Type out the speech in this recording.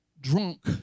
drunk